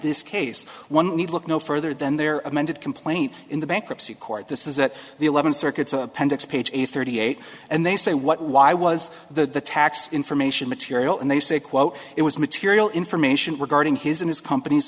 this case one need look no further than their amended complaint in the bankruptcy court this is that the eleventh circuit's a pentax page eight thirty eight and they say what why was the tax information material and they say quote it was material information regarding his and his company's